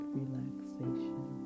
relaxation